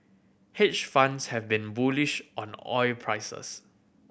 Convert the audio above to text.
hedge funds have been bullish on oil prices